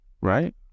right